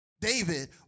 David